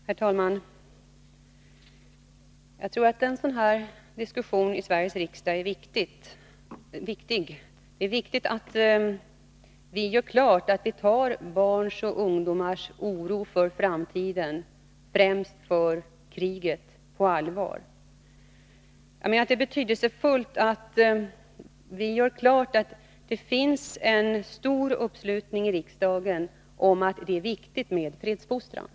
Herr talman! Jag tror att en sådan här diskussion i Sveriges riksdag är viktig. Det är angeläget att vi gör klart att vi tar barns och ungdomars oro för framtiden, främst för kriget, på allvar. Det är betydelsefullt att vi visar att det i riksdagen finns en stor uppslutning kring åsikten att det är viktigt med fredsfostran.